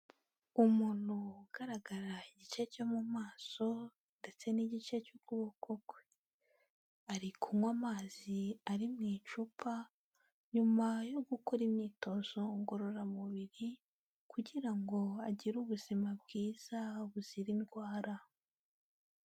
Umuntu ugaragara igice cyo mu maso ndetse n'igice cy'ukuboko kwe, ari kunywa amazi ari mu icupa nyuma yo gukora imyitozo ngororamubiri, kugira ngo agire ubuzima bwiza buzira indwara.